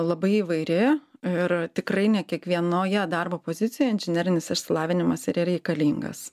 labai įvairi ir tikrai ne kiekvienoje darbo pozicijoj inžinerinis išsilavinimas yra reikalingas